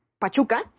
Pachuca